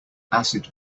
acid